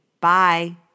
Bye